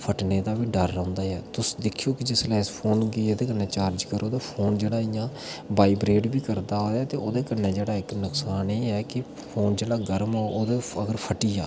फट्टने दा बी डर रौंह्दा ऐ तुस दिक्खेओ कि जिसलै इस फोन गी एह्दे कन्नै चार्ज करो ते फोन इ'यां बाइब्रेट बी करदा ते ओह्दे कन्नै जेह्ड़ा इक नुक्सान एह् ऐ कि फोन जिसलै गर्म होग ते फट्टी जा